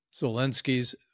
Zelensky's